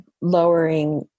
lowering